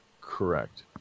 Correct